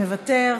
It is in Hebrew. מוותר,